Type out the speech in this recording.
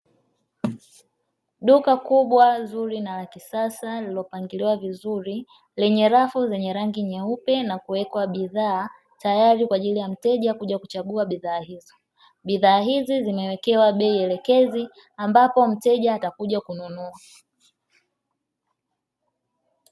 Duka kubwa, zuri na la kisasa, lililopangiliwa vizuri lenye rafu za rangi nyeupe na kuwekwa bidhaa, tayari kwa mteja kuja kuchagua bidhaa hizo. Bidhaa hizibzimewekewa bei elekezi ambapo mteja atakuja kununua.